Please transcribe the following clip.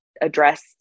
address